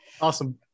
Awesome